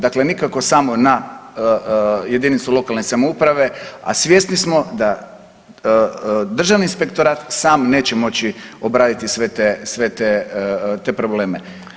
Dakle, nikako samo na jedinicu lokalne samouprave, a svjesni smo da državni inspektorat sam neće moći obraditi sve te, sve te, te probleme.